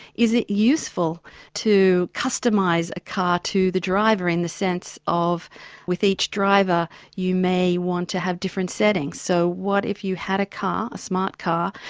is it useful to customise a car to the driver in the sense of with each driver you may want to have different settings? so what if you had a car, a smart car,